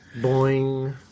Boing